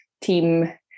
team